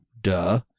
duh